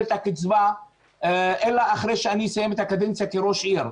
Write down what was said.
את הקצבה אלא אחרי שאני אסיים את הקדנציה כראש עיר.